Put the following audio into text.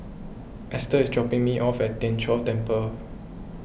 Ester is dropping me off at Tien Chor Temple